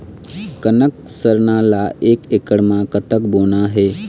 कनक सरना ला एक एकड़ म कतक बोना हे?